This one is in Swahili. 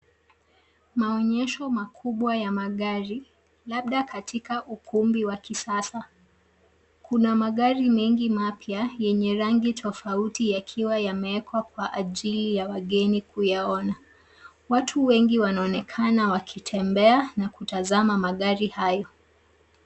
Maonyesho makubwa ya magari labda katika ukumbi wa kisasa. Kuna magari mengi mapya yenye rangi tofauti yakiwa yameekwa kwa ajili ya wageni kuyaona. Watu wengi wanaonekana wakitembea na kutazama magari hayo.